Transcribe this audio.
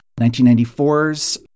1994's